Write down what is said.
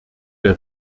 der